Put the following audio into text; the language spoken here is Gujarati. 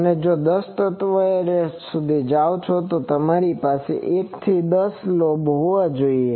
અને જો 10 તત્વ એરે હોય તો 1 2 3 4 5 6 7 8 9 લોબ હોવા જોઈએ